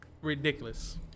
ridiculous